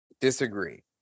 Disagree